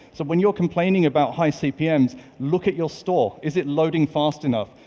so when you're complaining about high cpms, look at your store. is it loading fast enough?